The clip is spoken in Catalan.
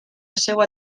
seua